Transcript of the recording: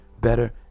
better